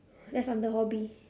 that's under hobby